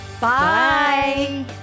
Bye